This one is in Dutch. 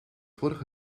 vorig